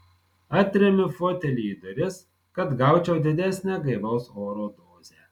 atremiu fotelį į duris kad gaučiau didesnę gaivaus oro dozę